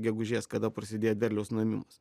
gegužės kada prasidė derliaus nuėmimas